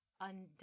undone